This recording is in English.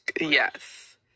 yes